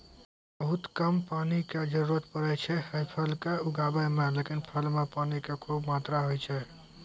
बहुत कम पानी के जरूरत पड़ै छै है फल कॅ उगाबै मॅ, लेकिन फल मॅ पानी के खूब मात्रा होय छै